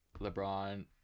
LeBron